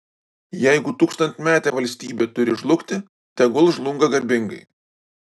jeigu tūkstantmetė valstybė turi žlugti tegul žlunga garbingai